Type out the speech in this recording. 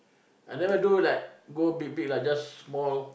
I never do like go big big lah just small